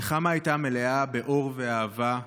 נחמה הייתה מלאה באור ואהבה,